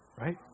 Right